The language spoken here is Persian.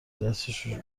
دستش